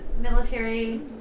military